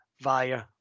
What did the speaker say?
via